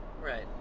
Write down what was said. right